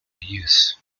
use